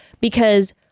because-